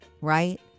Right